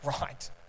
right